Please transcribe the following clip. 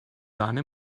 sahne